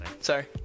Sorry